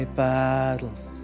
battles